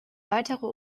weitere